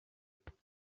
nzibutso